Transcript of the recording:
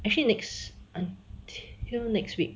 actually next until next week